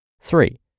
Three